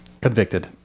convicted